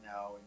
now